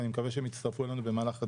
ואני מקווה שהם יצטרפו אלינו במהלך הדיון.